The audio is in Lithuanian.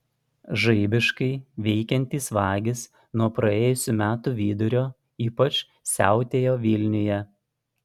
žaibiškai veikiantys vagys nuo praėjusių metų vidurio ypač siautėjo vilniuje